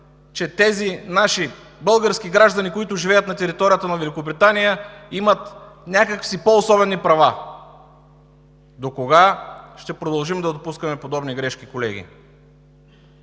че тези наши български граждани, които живеят на територията на Великобритания, имат някак си пό особени права! Докога ще продължаваме да допускаме подобни грешки, колеги?